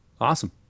Awesome